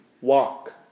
walk